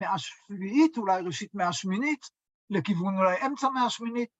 ‫מאה שביעית, אולי ראשית מאה שמינית, ‫לכיוון אולי אמצע מאה שמינית.